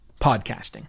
podcasting